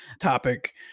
topic